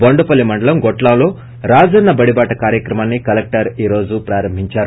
బొండపల్లి మండలం గొట్లాంలో రాజన్న బడిబాట కార్యక్రమాన్ని కలెక్టర్ ఈరోజు ప్రారంభించారు